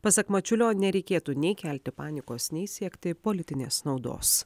pasak mačiulio nereikėtų nei kelti panikos nei siekti politinės naudos